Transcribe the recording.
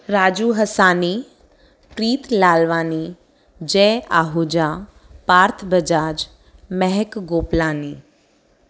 Raju Hasani Preet Lalwani Jai Ahuja Parth Bajaj Mahak Gopalani